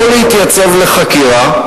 לא להתייצב לחקירה,